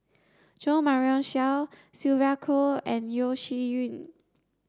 Jo Marion Seow Sylvia Kho and Yeo Shih Yun